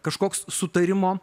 kažkoks sutarimo